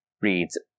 reads